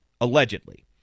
allegedly